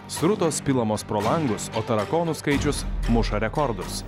srutos pilamos pro langus o tarakonų skaičius muša rekordus